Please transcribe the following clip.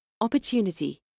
Opportunity